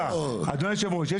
אדוני יושב הראש,